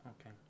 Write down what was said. okay